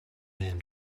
man